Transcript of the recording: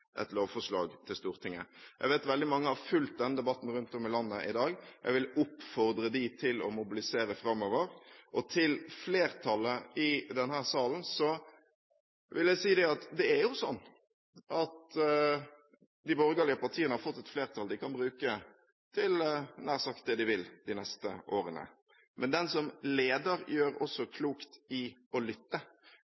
Jeg vet at veldig mange har fulgt denne debatten rundt om i landet i dag. Jeg vil oppfordre dem til å mobilisere framover. Til flertallet i denne salen vil jeg si: Det er sånn at de borgerlige partiene har fått et flertall de kan bruke til nær sagt det de vil de neste årene. Men den som leder, gjør også